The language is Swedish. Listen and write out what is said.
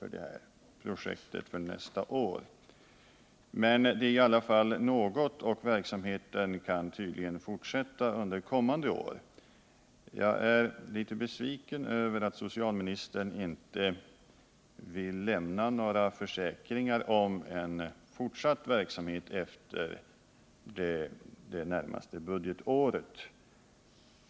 för detta projekt för nästa budgetår. Men det är i alla fall något, och verksamheten kan tydligen fortsätta under kommande år. Jag är ändå litet besviken över att socialministern inte vill lämna några försäkringar om en fortsatt verksamhet efter det närmaste budgetåret.